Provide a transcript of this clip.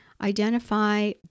identify